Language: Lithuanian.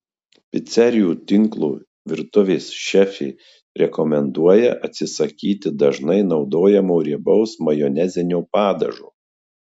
picerijų tinklo virtuvės šefė rekomenduoja atsisakyti dažnai naudojamo riebaus majonezinio padažo